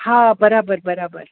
हा बराबरि बराबरि